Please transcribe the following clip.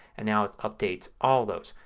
and now it updates all those.